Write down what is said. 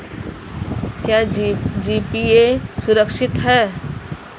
क्या जी.पी.ए सुरक्षित है?